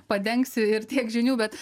padengs ir tiek žinių bet